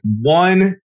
one